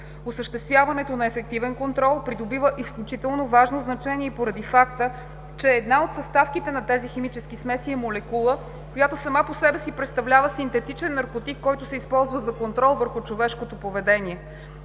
Осъществяването на ефективен контрол придобива изключително важно значение и поради факта, че една от съставките на тези химически смеси е молекула, която сама по себе си представлява синтетичен наркотик, който се използва за контрол върху човешкото поведение.